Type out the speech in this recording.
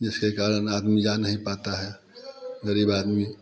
जिसके कारण आदमी जा नहीं पाता है ग़रीब आदमी